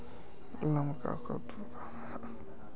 कददु के किस प्रकार का बीज की उपज जायदा होती जय?